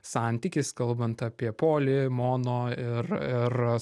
santykis kalbant apie poli mono ir ir